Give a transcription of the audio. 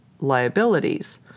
liabilities